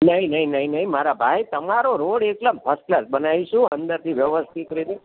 નહીં નહીં નહીં નહીં મારા ભાઈ તમારો રોડ એકદમ ફસ્ટ ક્લાસ બનાવીશું અંદરથી વ્યવસ્થિત રીતે